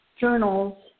journals